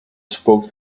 spoke